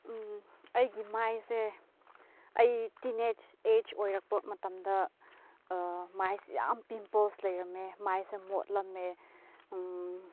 ꯑꯩꯒꯤ ꯃꯥꯏꯁꯦ ꯑꯩ ꯇꯤꯅꯦꯖ ꯑꯦꯖ ꯑꯣꯏꯔꯛꯄ ꯃꯇꯝꯗ ꯃꯥꯏꯁꯦ ꯌꯥꯝ ꯄꯤꯝꯄꯜꯁ ꯂꯩꯔꯝꯃꯦ ꯃꯥꯏꯁꯦ ꯃꯣꯠꯂꯝꯃꯦ